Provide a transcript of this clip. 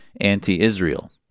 anti-Israel